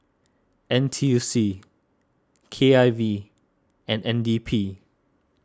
N T U C K I V and N D P